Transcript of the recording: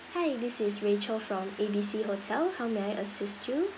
hi this is rachel from A B C hotel how may I assist you